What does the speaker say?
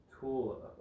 tool